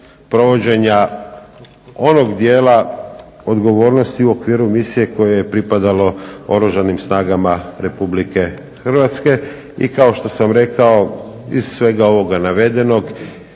provođenja onog dijela odgovornosti u okviru misije koje je pripadalo Oružanim snagama Republike Hrvatske. I kao što sam rekao, iz svega ovoga navedenog